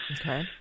Okay